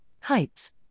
heights